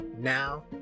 Now